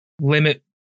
limit